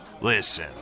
Listen